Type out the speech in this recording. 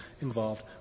involved